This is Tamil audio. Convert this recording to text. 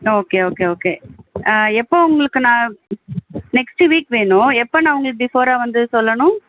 ஓகே ஓகே ஓகே எப்போது உங்களுக்கு நான் நெக்ஸ்ட்டு வீக் வேணும் எப்போ நான் உங்களுக்கு பிஃபோராக வந்து சொல்லணும்